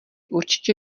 určitě